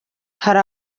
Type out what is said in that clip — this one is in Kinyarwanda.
hari